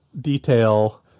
detail